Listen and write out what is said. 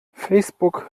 facebook